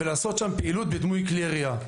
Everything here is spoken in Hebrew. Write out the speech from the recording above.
30, ולעשות שם פעילות בדמוי כלי ירייה.